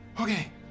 Okay